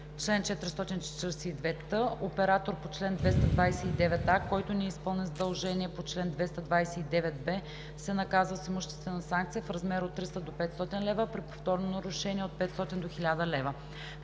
„Чл. 442т. Оператор по чл. 229а, който не изпълни задължение по чл. 229б, се наказва с имуществена санкция в размер от 300 до 500 лв., а при повторно нарушение – от 500 до 1000 лв.“